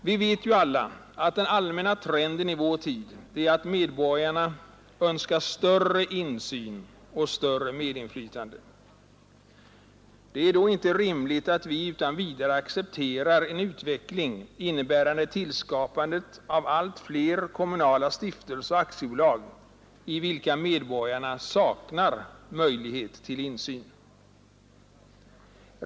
Vi vet ju alla att den allmänna trenden i vår tid är att medborgarna önskar större insyn och större medinflytande. Det är då inte rimligt att utan vidare acceptera en utveckling som innebär tillskapande av allt fler kommunala stiftelser och bolag, i vilka medborgarna saknar möjlighet till insyn.